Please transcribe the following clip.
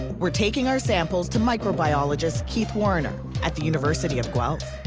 we're taking our samples to microbiologist keith warriner at the university of guelph.